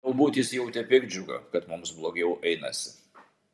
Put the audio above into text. galbūt jis jautė piktdžiugą kad mums blogiau einasi